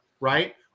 Right